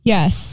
Yes